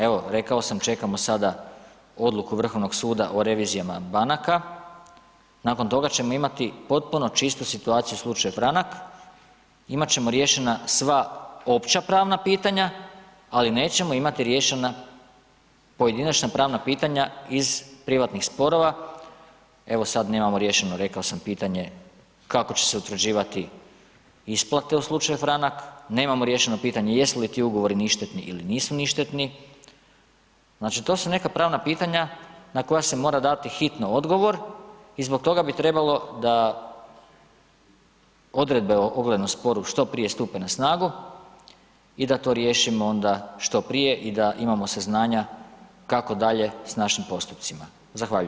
Evo rekao sam, čekamo sada odluku Vrhovnog suda o revizijama banaka, nakon toga ćemo imati potpuno čistu situaciju u slučaju Franak, imat ćemo riješena sva opća pravna pitanja ali nećemo imati riješena pojedinačna pravna pitanja iz privatnih sporova, evo sad nemamo riješeno, rekao sam pitanje, kako se će utvrđivati isplate u slučaju Franak, nemamo riješeno pitanje jesu li ti ugovori ništetni ili nisu ništetni, znači to su neka pravna pitanja na koja se mora dati hitno odgovor i zbog toga bi trebalo da odredbe o oglednom sporu što prije stupe na snagu i da to riješimo onda što prije i da imamo saznanja kako dalje s našim postupcima, zahvaljujem.